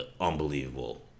unbelievable